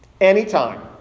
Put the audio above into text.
anytime